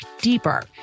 deeper